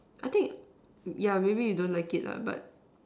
I think yeah maybe you don't like it lah but